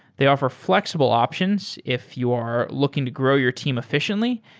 they offer flexible options if you're looking to grow your team efficiently,